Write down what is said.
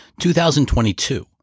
2022